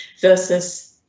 versus